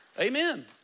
Amen